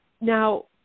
Now